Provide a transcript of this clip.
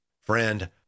Friend